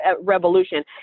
Revolution